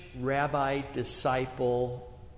rabbi-disciple